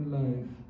life